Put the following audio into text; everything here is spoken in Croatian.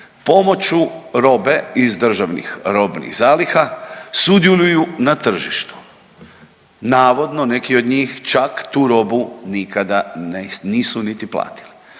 pomoću robe iz državnih robnih zaliha sudjeluju na tržištu. Navodno neki od njih čak tu robu nikada nisu niti platili.